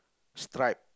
stripe